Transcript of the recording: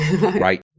Right